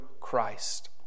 Christ